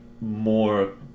more